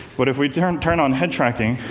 but if we turn turn on head tracking